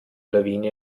lawine